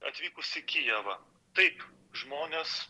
atvykus į kijevą taip žmonės